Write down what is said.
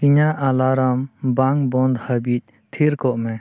ᱤᱧᱟᱹᱜ ᱮᱞᱟᱨᱢ ᱵᱟᱝ ᱵᱚᱱᱫᱚ ᱦᱟᱵᱤᱡ ᱛᱷᱤᱨ ᱠᱚᱜ ᱢᱮ